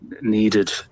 needed